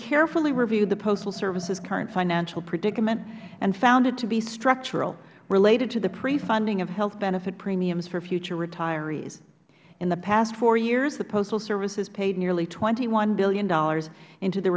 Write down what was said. carefully reviewed the postal service's current financial predicament and found it to be structural related to the pre funding of health benefit premiums for future retirees in the past four years the postal service has paid nearly twenty one dollars